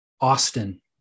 austin